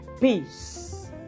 peace